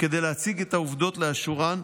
כדי להציג את העובדות לאשורן,